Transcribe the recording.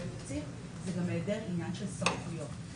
תקציב זה גם היעדר ענין של סמכויות.